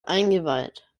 eingeweiht